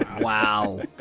Wow